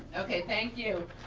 okay, thank you.